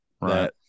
right